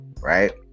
right